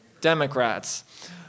Democrats